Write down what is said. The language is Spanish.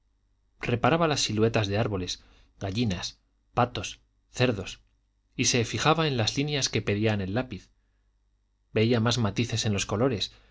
reparaba las siluetas de árboles gallinas patos cerdos y se fijaba en las líneas que pedían el lápiz veía más matices en los colores